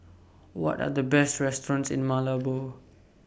What Are The Best restaurants in Malabo